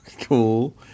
Cool